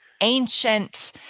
ancient